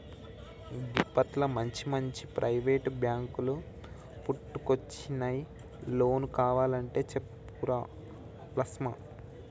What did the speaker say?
గిప్పట్ల మంచిమంచి ప్రైవేటు బాంకులు పుట్టుకొచ్చినయ్, లోన్ కావలంటే చెప్పురా లస్మా